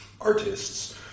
Artists